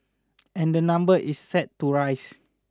and the number is set to rise